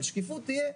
אבל שקיפות תהיה.